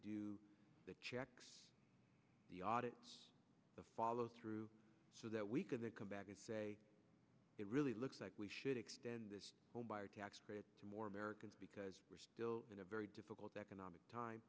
do the checks the audit the follow through so that we could come back and say it really looks like we should extend this homebuyer tax credit to more americans because we're still in a very difficult economic time